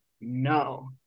no